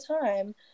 time